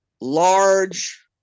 large